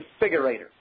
configurator